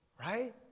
right